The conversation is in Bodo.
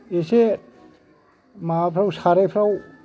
एसे माबाफ्राव सारायफ्राव